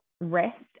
rest